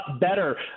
better